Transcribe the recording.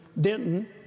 Denton